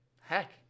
heck